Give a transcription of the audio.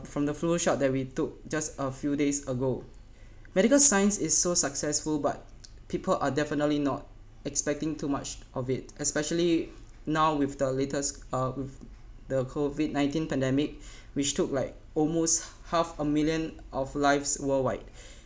from the flu shot that we took just a few days ago medical science is so successful but people are definitely not expecting too much of it especially now with the latest uh with the COVID nineteen pandemic which took like almost half a million of lives worldwide